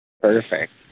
Perfect